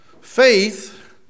Faith